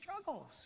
struggles